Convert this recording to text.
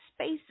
space